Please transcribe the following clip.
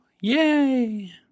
yay